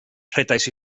rhedais